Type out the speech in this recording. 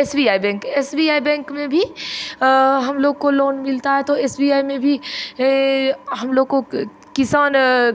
S B I bank S B I bank में भी हम लोग को लोन मिलता है तो एस बी आई में भी हम लोग को किसान